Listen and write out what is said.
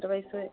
എത്ര പൈസ